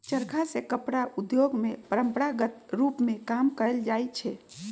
चरखा से कपड़ा उद्योग में परंपरागत रूप में काम कएल जाइ छै